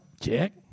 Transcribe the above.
Check